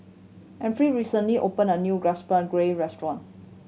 Efrem recently opened a new Gobchang Gui Restaurant